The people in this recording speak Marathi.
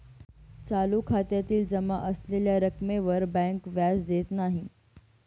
चालू खात्यातील जमा असलेल्या रक्कमेवर बँक व्याज देत नाही